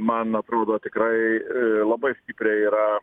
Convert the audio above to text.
man atrodo tikrai labai stipriai yra